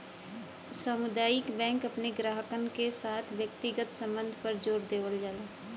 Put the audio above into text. सामुदायिक बैंक अपने ग्राहकन के साथ व्यक्तिगत संबध पर जोर देवला